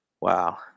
wow